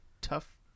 Tough